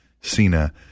Cena